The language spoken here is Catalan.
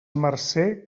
marcer